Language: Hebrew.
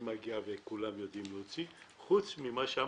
כעת אני מגיע וכולם יודעים להוציא את זה דיגיטלית חוץ ממה שסיפרתי,